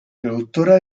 productora